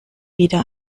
wieder